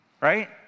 right